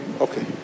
Okay